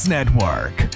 Network